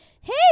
hey